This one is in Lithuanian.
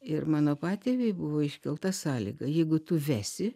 ir mano patėviui buvo iškelta sąlyga jeigu tu vesi